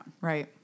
right